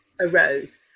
arose